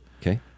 Okay